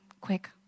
Quick